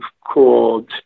called